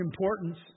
importance